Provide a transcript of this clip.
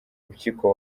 impyiko